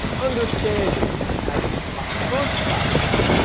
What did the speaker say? understanding as a first faculty,